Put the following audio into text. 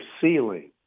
ceiling